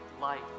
life